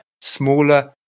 smaller